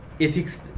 Ethics